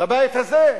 בבית הזה,